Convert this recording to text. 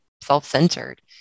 self-centered